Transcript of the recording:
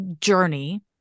journey